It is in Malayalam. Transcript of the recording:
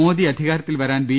മോദി അധികാരത്തിൽ വരാൻ ബി